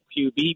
QB